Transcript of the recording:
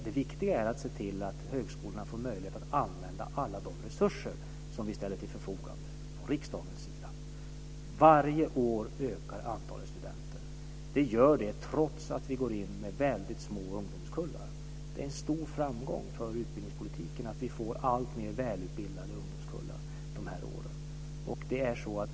Det viktiga är att se till att högskolorna får möjlighet att använda alla de resurser som vi ställer till förfogande från riksdagens sida. Varje år ökar antalet studenter. Det gör det trots att vi går in med små ungdomskullar. Det är en stor framgång för utbildningspolitiken att vi får alltmer välutbildade ungdomskullar de här åren.